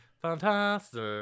Fantastic